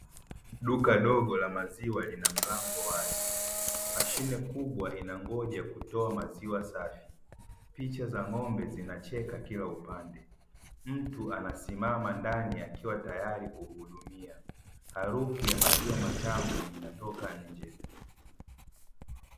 Duka dogo la maziwa lina mlango wazi mashine kubwa inangoja kutoa maziwa ikiwa safi picha za ng'ombe zimewekeka kila upande. Mtu amesimama tayari kuhudumia, harufu ya maziwa matamu inatoka nje.